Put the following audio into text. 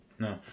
no